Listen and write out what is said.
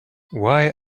why